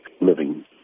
living